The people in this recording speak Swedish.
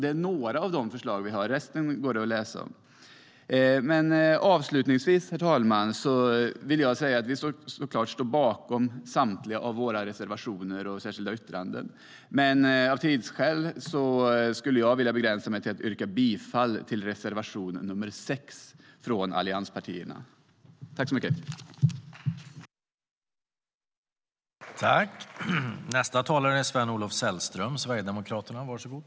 Det är några av de förslag vi har; resten går det att läsa om. Avslutningsvis, herr talman, vill jag säga att vi såklart står bakom samtliga våra reservationer och särskilda yttranden. Av tidsskäl skulle jag dock vilja begränsa mig till att yrka bifall enbart till reservation 6 från allianspartierna.I detta anförande instämde Lars Püss .